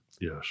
Yes